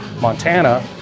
Montana